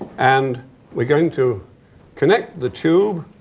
and we're going to connect the tube,